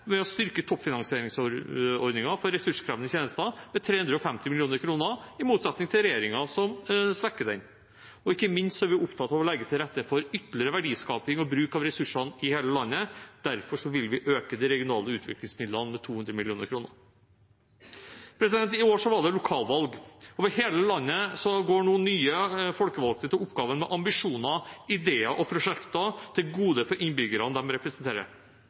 ved å styrke toppfinansieringsordningen for ressurskrevende tjenester med 350 mill. kr, i motsetning til regjeringen, som svekker den. Ikke minst er vi opptatt av å legge til rette for ytterligere verdiskaping og bruk av ressursene i hele landet. Derfor vil vi øke de regionale utviklingsmidlene med 200 mill. kr. I år var det lokalvalg. Over hele landet går nå nye folkevalgte til oppgaven med ambisjoner, ideer og prosjekter til gode for innbyggerne de representerer. Dessverre opplever mange av dem